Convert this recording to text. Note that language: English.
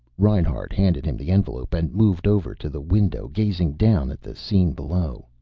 reinhart handed him the envelope, and moved over to the window, gazing down at the scene below.